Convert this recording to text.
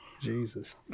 Jesus